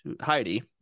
Heidi